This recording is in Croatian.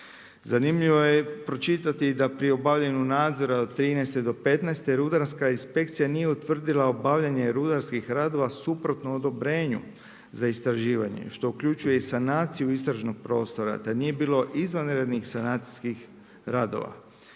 Zanimljivo je pročitati, da pri obavljanju nadzora od 2013.-2015. rudarska inspekcija nije utvrdila obavljanje rudarskih radova suprotno odobrenju za istraživanju, što uključuje sanaciju istražnog prostora, da nije bilo izvanrednih sanacijskih radova.